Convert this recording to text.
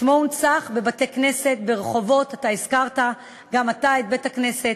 שמו הונצח בבתי-כנסת, הזכרת גם אתה את בית-הכנסת,